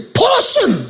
portion